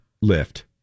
Lift